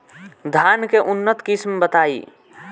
धान के उन्नत किस्म बताई?